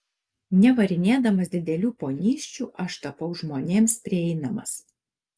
nevarinėdamas didelių ponysčių aš tapau žmonėms prieinamas